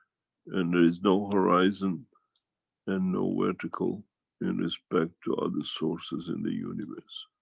and there is no horizon and no vertical in respect to other sources in the universe.